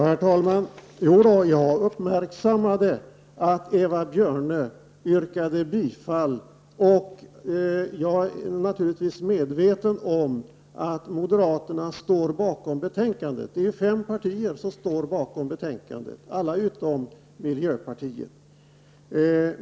Herr talman! Jag uppmärksammade att Eva Björne yrkade bifall till utskottets hemställan, och jag är naturligtvis medveten om att moderaterna ställer sig bakom denna hemställan. Det är fem partier som gör det, nämligen alla utom miljöpartiet.